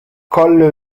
collo